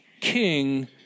king